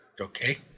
Okay